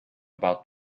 about